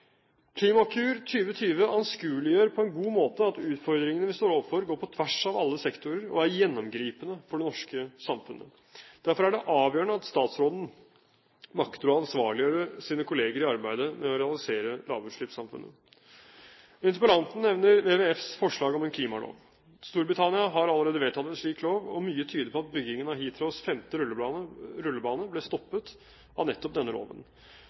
Klimakur 2020 anskueliggjør på en god måte at utfordringene vi står overfor, går på tvers av alle sektorer og er gjennomgripende for det norske samfunnet. Derfor er det avgjørende at statsråden makter å ansvarliggjøre sine kolleger i arbeidet med å realisere lavutslippssamfunnet. Interpellanten nevner WWFs forslag om en klimalov. Storbritannia har allerede vedtatt en slik lov, og mye tyder på at byggingen av Heathrows femte rullebane ble stoppet av nettopp denne loven.